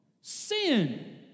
Sin